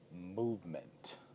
movement